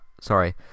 Sorry